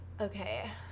okay